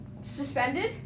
suspended